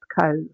Cove